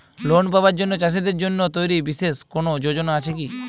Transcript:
Loan পাবার জন্য চাষীদের জন্য তৈরি বিশেষ কোনো যোজনা আছে কি?